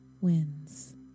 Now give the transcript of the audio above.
wins